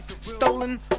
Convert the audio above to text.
Stolen